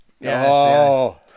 Yes